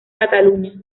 cataluña